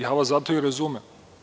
Ja vas zato i razumem.